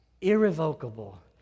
irrevocable